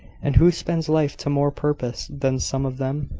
and who spends life to more purpose than some of them?